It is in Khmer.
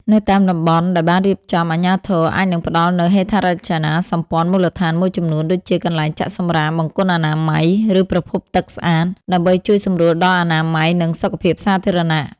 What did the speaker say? នៅតាមតំបន់ដែលបានរៀបចំ អាជ្ញាធរអាចនឹងផ្តល់នូវហេដ្ឋារចនាសម្ព័ន្ធមូលដ្ឋានមួយចំនួនដូចជា កន្លែងចាក់សំរាម បង្គន់អនាម័យ ឬប្រភពទឹកស្អាត ដើម្បីជួយសម្រួលដល់អនាម័យ និងសុខភាពសាធារណៈ ។